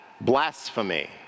blasphemy